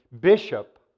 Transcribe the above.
bishop